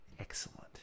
Excellent